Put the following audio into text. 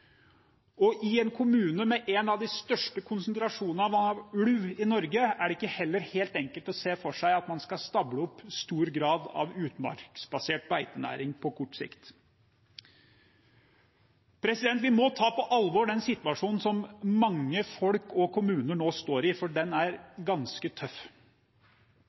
I en kommune med en av de største konsentrasjonene av ulv i Norge er det heller ikke helt enkelt å se for seg at man skal stable opp stor grad av utmarksbasert beitenæring på kort sikt. Vi må ta situasjonen, som mange folk og kommuner nå står i, på alvor, for den er ganske tøff.